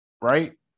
right